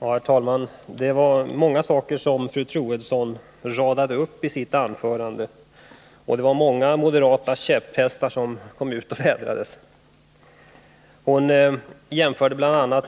Herr talman! Det var många saker som fru Troedsson radade upp i sitt anförande, och det var många moderata käpphästar som kom ut och vädrades. Hon jämförde bl.a.